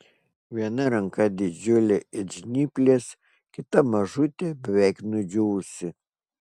viena ranka didžiulė it žnyplės kita mažutė beveik nudžiūvusi